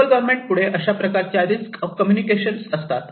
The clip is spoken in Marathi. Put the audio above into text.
लोकल गव्हर्मेंट पुढे अशा प्रकारच्या रिस्क कम्युनिकेशन असतात